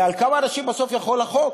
אלא על כמה אנשים בסוף יחול החוק,